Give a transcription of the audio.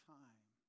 time